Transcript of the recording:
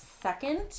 second